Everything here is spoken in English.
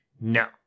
no